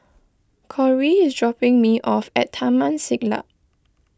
Cory is dropping me off at Taman Siglap